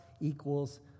equals